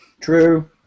True